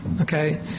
Okay